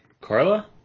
Carla